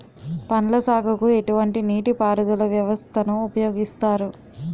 పండ్ల సాగుకు ఎటువంటి నీటి పారుదల వ్యవస్థను ఉపయోగిస్తారు?